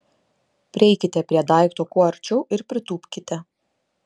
prieikite prie daikto kuo arčiau ir pritūpkite